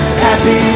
happy